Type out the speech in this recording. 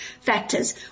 factors